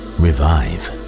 revive